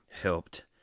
helped